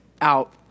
out